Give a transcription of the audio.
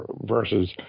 versus